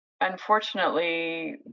unfortunately